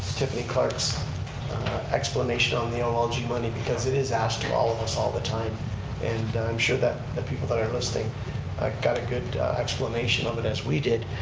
tiffany clark's explanation on the um olg money because it is asked to all of us all the time and i'm sure the people that are listening got a good explanation of it as we did